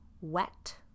wet